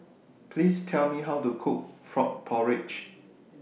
Please Tell Me How to Cook Frog Porridge